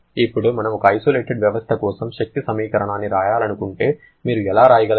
ఇప్పుడు మనము ఒక ఐసోలేటెడ్ వ్యవస్థ కోసం శక్తి సమీకరణాన్ని వ్రాయాలనుకుంటే మీరు ఎలా వ్రాయగలరు